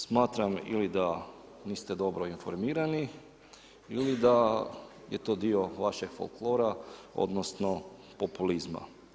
Smatram ili da niste dobro informirani ili da je to dio vašeg folklora, odnosno populizma.